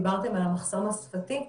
דיברתם על המחסום השפתי,